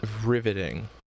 riveting